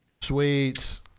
Sweet